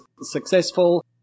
successful